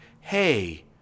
hey